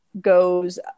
goes